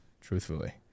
truthfully